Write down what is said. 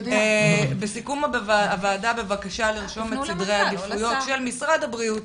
בסיכום הוועדה בבקשה לרשום את סדרי העדיפויות של משרד הבריאות